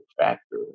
factor